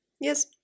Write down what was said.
Yes